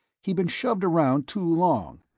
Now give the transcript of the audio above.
he'd been shoved around too long,